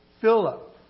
Philip